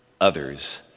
others